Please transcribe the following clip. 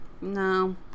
No